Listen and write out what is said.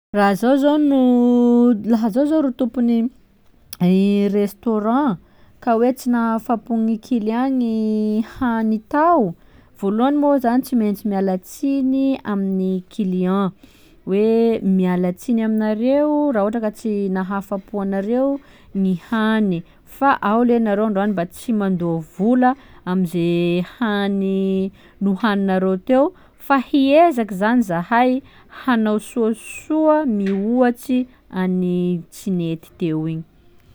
Raha zaho zô no laha zaho zô ro tompin'ny restaurant ka hoe tsy nahafa-po gny client gny hany tao: vôlohany mô tsy maintsy miala tsiny amin'ny client hoe: miala tsiny aminareo raha ohatra ka tsy nahafa-po anareo ny hany fa ao lehy nareo androany mba tsy mandoa vola amize hany nohaninareo teo fa hiezaka zany zahay hanao soasoa mihoatsy an'ny tsy nety teo igny.